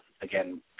again